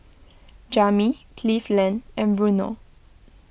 Jami Cleveland and Bruno